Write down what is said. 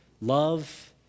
Love